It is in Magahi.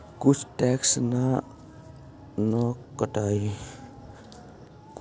कुछ टैक्स ना न कटतइ?